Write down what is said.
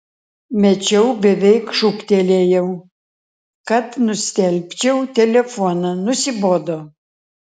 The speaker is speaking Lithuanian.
mečiau beveik šūktelėjau kad nustelbčiau telefoną nusibodo